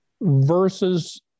versus